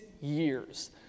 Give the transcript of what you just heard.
years